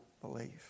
believe